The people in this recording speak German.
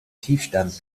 tiefstand